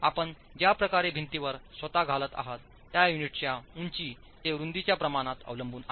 आपण ज्या प्रकारे भिंतीवर स्वतः घालत आहात त्या युनिटच्या उंची ते रूंदीच्या प्रमाणात अवलंबून आहे